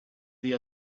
the